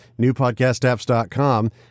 newpodcastapps.com